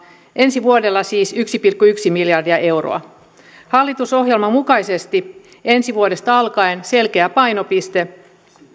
ensi vuodelle siis yksi pilkku yksi miljardia euroa hallitusohjelman mukaisesti ensi vuodesta alkaen selkeä painopiste